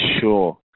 sure